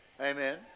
Amen